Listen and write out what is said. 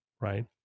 right